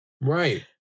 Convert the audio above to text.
Right